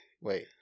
Wait